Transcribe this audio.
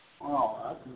wow